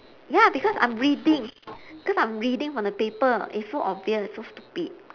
ya because I'm reading because I'm reading on the paper it's so obvious so stupid